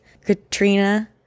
katrina